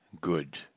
good